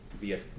via